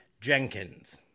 Jenkins